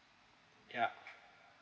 yup